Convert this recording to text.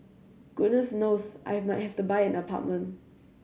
goodness knows I might have to buy an apartment